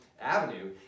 avenue